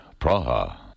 Praha